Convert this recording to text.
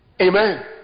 Amen